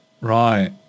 Right